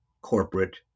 corporate